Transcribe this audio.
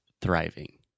thriving